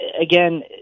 again